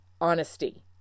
honesty